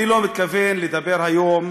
אני לא מתכוון לדבר היום